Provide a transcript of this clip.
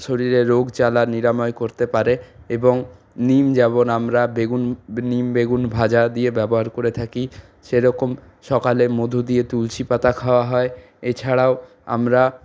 শরীরের রোগ জ্বালা নিরাময় করতে পারে এবং নিম যেমন আমরা বেগুন নিম বেগুন ভাজা দিয়ে ব্যবহার করে থাকি সেরকম সকালে মধু দিয়ে তুলসী পাতা খাওয়া হয় এছাড়াও আমরা